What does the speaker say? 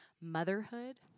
motherhood